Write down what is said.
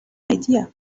idea